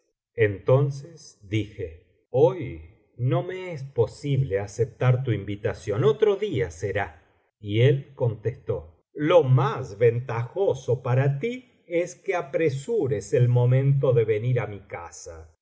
entonces dije hoy no me es posible aceptar tu invitación otro día será y él contestó lo más ventajoso para ti es que apresures el momento de venir á mi casa